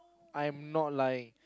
I'm not lying